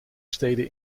steden